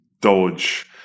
dodge